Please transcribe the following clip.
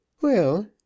Well